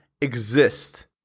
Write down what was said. exist